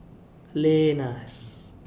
Lenas